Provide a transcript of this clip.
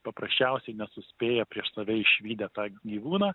paprasčiausiai nesuspėja prieš save išvydę tą gyvūną